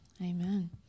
Amen